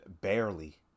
Barely